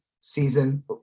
season